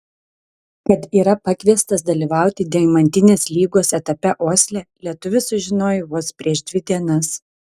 kad yra pakviestas dalyvauti deimantinės lygos etape osle lietuvis sužinojo vos prieš dvi dienas